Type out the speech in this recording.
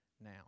now